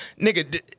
nigga